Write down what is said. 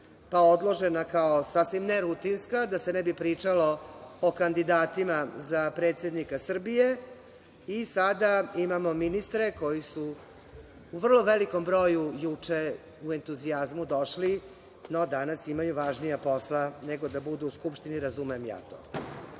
pa odložena kao sasvim nerutinska, da se ne bi pričalo o kandidatima za predsednika Srbije i sada imamo ministre koji su u vrlo velikom broju juče u entuzijazmu došli, no danas imaju važna posla n ego da budu u Skupštini. Razumem ja to. Sa